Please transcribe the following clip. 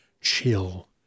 chill